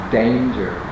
danger